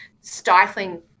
stifling